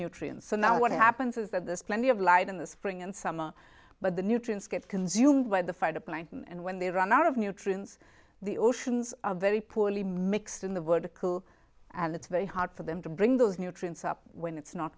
nutrients so now what happens is that there's plenty of light in the spring and summer but the nutrients get consumed by the phytoplankton and when they run out of nutrients the oceans are very poorly mixed in the world to cool and it's very hard for them to bring those nutrients up when it's not